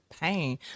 pain